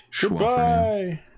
Goodbye